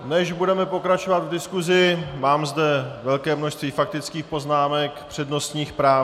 Než budeme pokračovat v diskusi, mám zde velké množství faktických poznámek, přednostních práv.